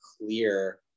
clear